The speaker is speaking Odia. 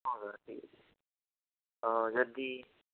ହଁ ସାର୍ ଠିକ ଅଛି ହଁ ଯଦି